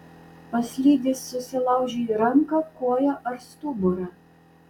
paslydęs susilaužei ranką koją ar stuburą